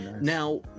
now